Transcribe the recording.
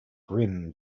grim